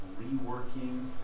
reworking